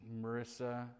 Marissa